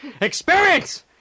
experience